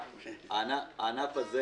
הענף הזה